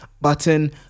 button